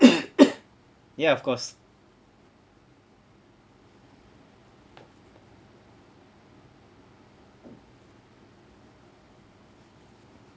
ya of course